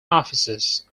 offices